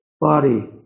body